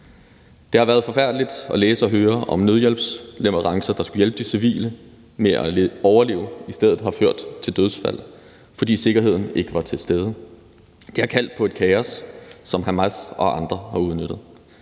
Det har været forfærdeligt at læse og høre om, at nødhjælpsleverancer, der skulle hjælpe de civile med at overleve, i stedet har ført til dødsfald, fordi sikkerheden ikke var til stede. Det har kaldt på et kaos, som Hamas og andre har udnyttet,